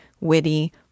witty